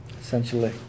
essentially